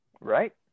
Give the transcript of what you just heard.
Right